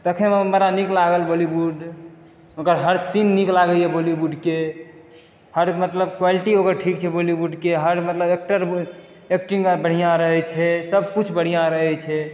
देखैमे बड़ा नीक लागल बॉलीवुड ओकर हर सीन नीक लागैए बॉलीवुडके हर मतलब क्वालिटी ओकर ठीक छै बॉलीवुडके हर मतलब एक्टर एक्टिङ्ग बढ़िआँ रहै छै सबकिछु बढ़िआँ रहै छै